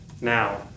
now